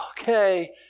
Okay